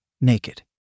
Naked